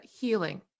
healing